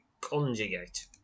conjugate